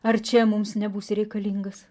ar čia mums nebūsi reikalingas